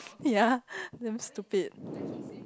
ya damn stupid